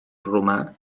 romà